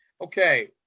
okay